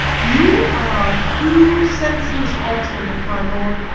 you are too senseless-obstinate, my lord,